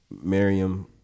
Miriam